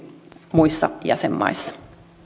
muissa jäsenmaissa